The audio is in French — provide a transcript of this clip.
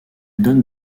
donne